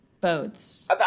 Boats